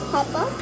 Papa